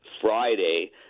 Friday